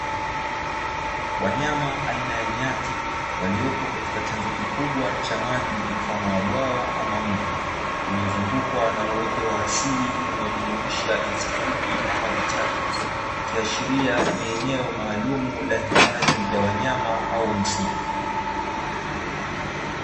Wanyama aina ya nyati waliopo katika chanzo kikubwa cha maji mfano wa bwawa ama mto, uliozungukwa na uoto wa asili unaojumuisha nyasi fupi ama vichaka, ikiashiria ni eneo maalumu la hifadhi ya wanyama au msitu.